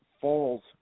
falls